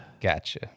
Gotcha